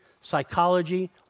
psychology